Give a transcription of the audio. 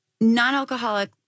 Non-alcoholic